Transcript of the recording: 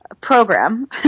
program